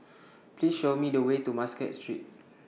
Please Show Me The Way to Muscat Street